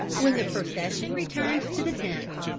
when the procession returned to the tents,